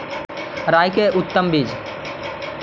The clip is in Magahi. राई के उतम बिज?